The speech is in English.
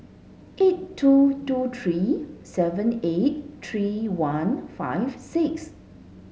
eight two two three seven eight three one five six